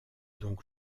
donc